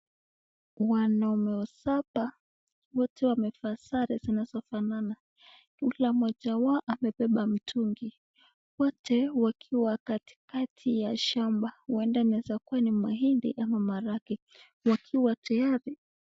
Wanaume wa Saba wanaonekana wote wamefaa sare zinazofana Kila moja wao amepepa mtungi, wote wakiwa katikati ya shamba uenda inaweza kuwa ni mahindi ama maharagwe wakiwa tayari.